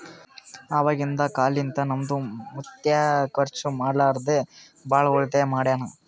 ಅವಾಗಿಂದ ಕಾಲ್ನಿಂತ ನಮ್ದು ಮುತ್ಯಾ ಖರ್ಚ ಮಾಡ್ಲಾರದೆ ಭಾಳ ಉಳಿತಾಯ ಮಾಡ್ಯಾನ್